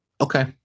Okay